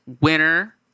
winner